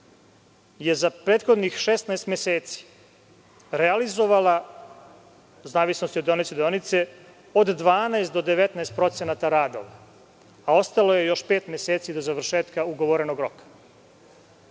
je za prethodnih 16 meseci realizovala, u zavisnosti od deonice do deonice, od 12 do 19% radova, a ostalo je još pet meseci do završetka ugovorenog roka.